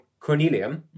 Cornelium